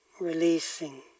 releasing